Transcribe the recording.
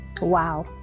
wow